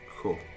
Cool